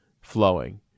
flowing